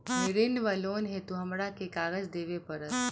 ऋण वा लोन हेतु हमरा केँ कागज देबै पड़त?